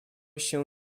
się